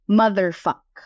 motherfuck